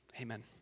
Amen